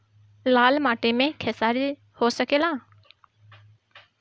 लाल माटी मे खेसारी हो सकेला?